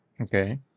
Okay